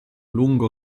lungo